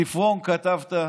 ספרון כתבת,